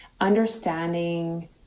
understanding